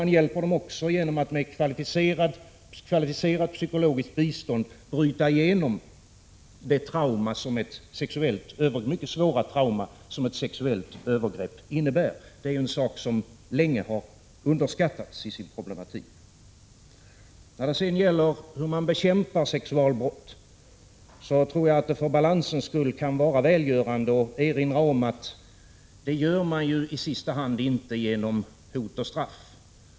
Man hjälper dem också genom att med kvalificerat psykologiskt bistånd bryta igenom det mycket svåra trauma som ett sexuellt övergrepp innebär. Detta är något som länge har underskattats i sin problematik. När det sedan gäller hur man bekämpar sexualbrott tror jag att det för balansens skull kan vara välgörande att erinra om att man i sista hand inte gör det genom hot och straff.